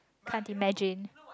can't imagine